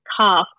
calf